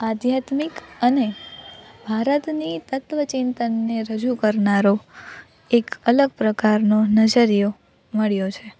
આધ્યાત્મિક અને ભારતની તત્વ ચિંતનને રજૂ કરનારો એક અલગ પ્રકારનો નજરિયો મળ્યો છે